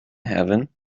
heaven